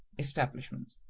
establishment